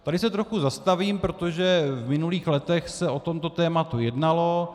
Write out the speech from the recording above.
Tady se trochu zastavím, protože v minulých letech se o tomto tématu jednalo.